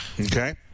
Okay